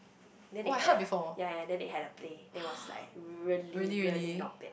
then they had a ya ya ya then they had a play then it was like really really not bad